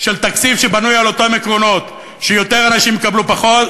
של תקציב שבנוי על אותם עקרונות: שיותר אנשים יקבלו פחות,